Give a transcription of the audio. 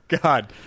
God